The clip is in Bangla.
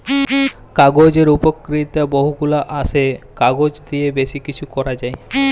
কাগজের উপকারিতা বহু গুলা আসে, কাগজ দিয়ে বেশি কিছু করা যায়